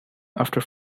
after